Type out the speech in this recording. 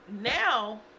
now